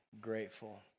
grateful